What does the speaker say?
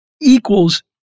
equals